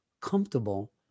comfortable